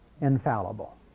infallible